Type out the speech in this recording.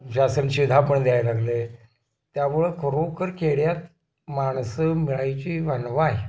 शासन शिधा पण द्यायला लागलं आहे त्यामुळं खरोखर खेड्यात माणसं मिळायची वानवा आहे